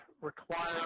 require